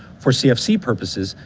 for cfc purposes,